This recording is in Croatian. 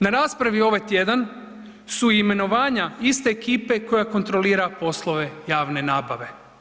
Na raspravi ovaj tjedan su imenovanja iste ekipe koja kontrolira poslove javne nabave.